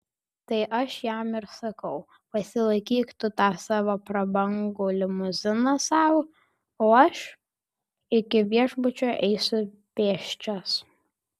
tai aš jam ir sakau pasilaikyk tu tą savo prabangu limuziną sau o aš iki viešbučio eisiu pėsčias